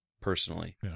personally